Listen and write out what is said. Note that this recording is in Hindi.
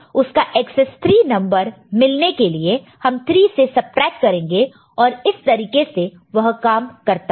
उसका एकसेस 3 नंबर मिलने के लिए हम 3 से सबट्रैक्ट करेंगे और इस तरीके से वह काम करता है